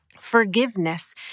Forgiveness